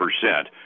percent